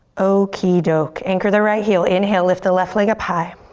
okie doke, anchor the right heel. inhale, lift the left leg up high.